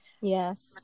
yes